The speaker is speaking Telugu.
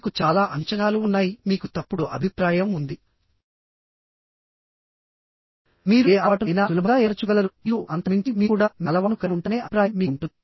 మీకు చాలా అంచనాలు ఉన్నాయి మీకు తప్పుడు అభిప్రాయం ఉందిమీరు ఏ అలవాటును అయినా సులభంగా ఏర్పరచుకోగలరు మరియు అంతకు మించి మీరు కూడా మీ అలవాటును కలిగి ఉంటారనే అభిప్రాయం మీకు ఉంటుంది